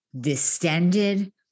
Distended